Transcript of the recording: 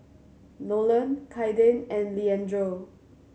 Nolan Kaiden and Leandro